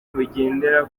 bugendera